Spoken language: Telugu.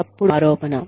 తప్పుడు ఆరోపణ